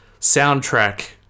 soundtrack